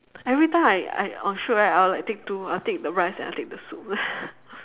every time I I on shoot right I will like take two I'll take the rice and I will take the soup